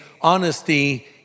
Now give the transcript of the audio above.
honesty